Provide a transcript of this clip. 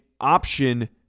option